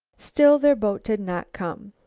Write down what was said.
still their boat did not come.